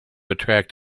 attract